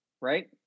right